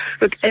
Look